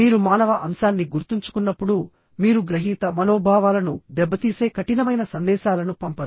మీరు మానవ అంశాన్ని గుర్తుంచుకున్నప్పుడు మీరు గ్రహీత మనోభావాలను దెబ్బతీసే కఠినమైన సందేశాలను పంపరు